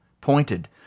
pointed